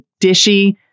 dishy